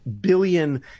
billion